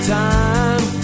time